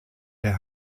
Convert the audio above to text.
der